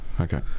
Okay